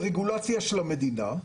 ברגולציה של המדינה,